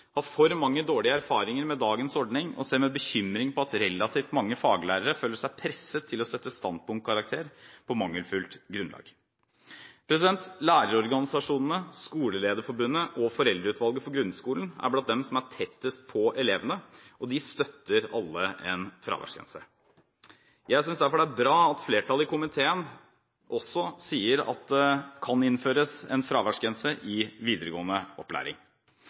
«har for mange dårlige erfaringer med dagens ordning og ser med bekymring på at relativt mange faglærere føler seg presset til å sette standpunktkarakter på mangelfullt grunnlag». Lærerorganisasjonene, Skolelederforbundet og Foreldreutvalget for grunnopplæringen er blant dem som er tettest på elevene, og de støtter alle en fraværsgrense. Jeg synes derfor det er bra at flertallet i komiteen sier at det kan innføres en fraværsgrense i videregående opplæring.